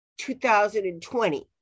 2020